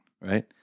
right